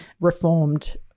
reformed